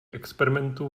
experimentů